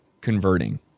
converting